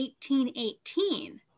1818